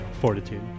Fortitude